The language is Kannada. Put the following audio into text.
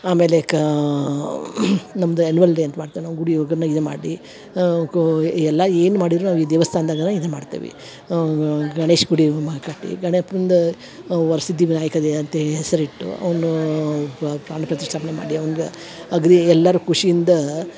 ಆಮೇಲೆ ಕಾ ನಮ್ದು ಆ್ಯನ್ವಲ್ ಡೇ ಅಂತ ಮಾಡ್ತೇವಿ ನಾವು ಗುಡಿ ಒಗ್ಗನೆ ಇದನ್ನ ಮಾಡಿ ಅವ ಕೊ ಎಲ್ಲ ಏನು ಮಾಡಿದರೂ ನಾವು ಈ ದೇವಸ್ಥಾನ್ದಗನ ಇದನ್ನ ಮಾಡ್ತೇವಿ ಗಣೇಶ ಗುಡಿ ಮಾ ಕಟ್ಟಿ ಗಣಪಂದು ವರಸಿದ್ಧಿ ವಿನಾಯಕ ದೆ ಅಂತೇಳಿ ಹೆಸರು ಇಟ್ಟು ಅವ್ನೂ ಬಾ ಪ್ರಾಣ ಪ್ರತಿಷ್ಠಾಪನೆ ಮಾಡಿ ಅವ್ನ್ಗ ಅಗ್ದೀ ಎಲ್ಲರು ಖುಷಿಯಿಂದ